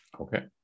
Okay